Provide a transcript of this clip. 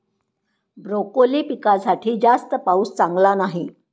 broccoli पिकासाठी जास्त पाऊस चांगला नाही